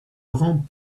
rend